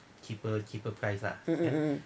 mm mm mm